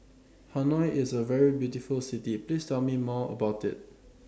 Hanoi IS A very beautiful City Please Tell Me More about IT